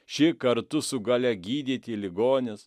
ši kartu su galia gydyti ligonius